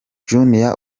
junior